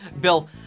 Bill